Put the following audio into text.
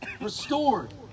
restored